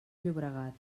llobregat